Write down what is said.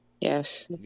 Yes